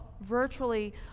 virtually